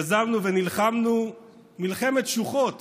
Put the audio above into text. יזמנו ונלחמנו מלחמת שוחות